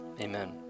Amen